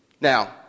Now